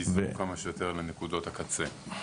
--- כמה שיותר לנקודות הקצה.